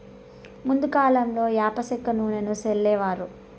ముందు కాలంలో యాప సెక్క నూనెను సల్లేవారు